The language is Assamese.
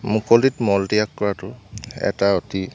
মুকলিত মলত্যাগ কৰাতো এটা অতি